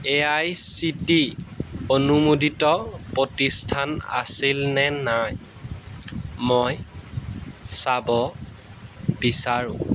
A I C T অনুমোদিত প্ৰতিষ্ঠান আছিল নে নাই মই চাব বিচাৰোঁ